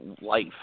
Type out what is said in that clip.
life